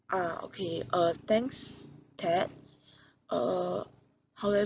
ah okay uh thanks ted uh however